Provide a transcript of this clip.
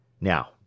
Now